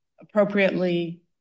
appropriately